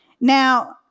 Now